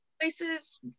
places